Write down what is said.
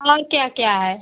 और क्या क्या है